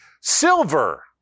Silver